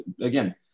again